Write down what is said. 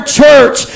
church